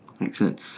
Excellent